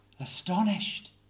astonished